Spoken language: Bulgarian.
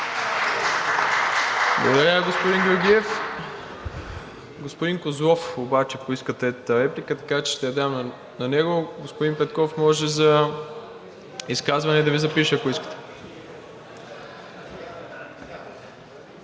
Благодаря, господин Георгиев. Господин Козлов поиска третата реплика, така че ще я дам на него. Господин Петков, може за изказване да Ви запиша, ако искате.